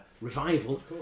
revival